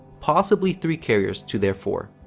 possibly three carriers to their four,